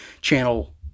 channel